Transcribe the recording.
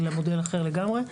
אלא מודל אחר לגמרי.